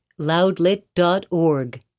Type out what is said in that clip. Loudlit.org